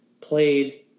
played